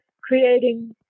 creating